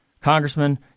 Congressman